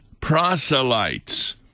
proselytes